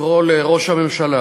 לקרוא לראש הממשלה